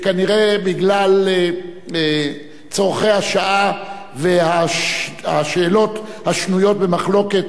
שכנראה בגלל צורכי השעה והשאלות השנויות במחלוקת